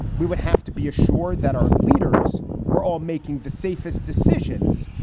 we would have to be assured that our leaders were all making the safest decisions,